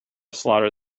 slaughter